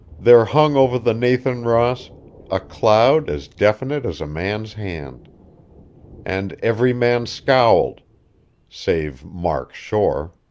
there hung over the nathan ross a cloud as definite as a man's hand and every man scowled save mark shore.